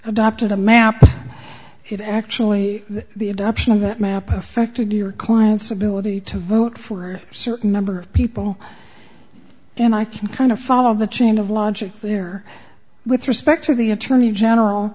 adopted a map it actually the adoption of that map affected your client's ability to vote for a certain number of people and i can kind of follow the chain of logic here with respect to the attorney general